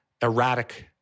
erratic